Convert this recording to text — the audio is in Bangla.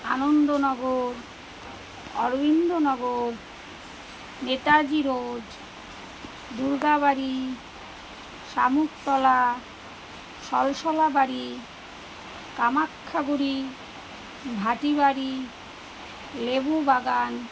আনন্দনগর অরবিন্দনগর নেতাজি রোড দুর্গাবাড়ি শামুকতলা সলসলা বাাড়ি কামাখ্যাগুড়ি ভাটিবাড়ি লেবু বাগান